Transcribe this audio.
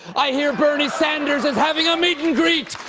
i hear bernie sanders is having a meet and greet.